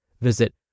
Visit